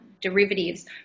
derivatives